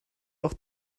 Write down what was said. auch